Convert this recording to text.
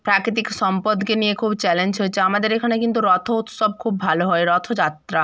প্রাকৃতিক সম্পদকে নিয়ে খুব চ্যালেঞ্জ হয়েছে আমাদের এখানে কিন্তু রথ উৎসব খুব ভালো হয় রথযাত্রা